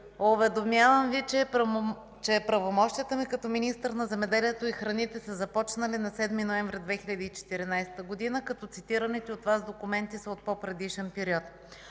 Уведомявам Ви, че правомощията ми като министър на земеделието и храните са започнали на 7 ноември 2014 г., като цитираните от Вас документи са от по-предишен период.